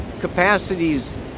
capacities